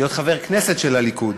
להיות חבר כנסת של הליכוד,